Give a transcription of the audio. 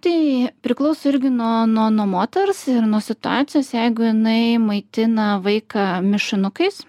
tai priklauso irgi nuo nuo nuo moters ir nuo situacijos jeigu jinai maitina vaiką mišinukais